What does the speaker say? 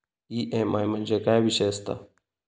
EMI म्हणजे काय विषय आसता?